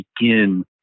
begin